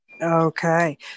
Okay